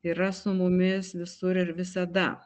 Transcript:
yra su mumis visur ir visada